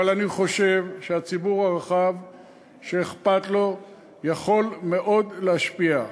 אבל אני חושב שהציבור הרחב שאכפת לו יכול מאוד להשפיע.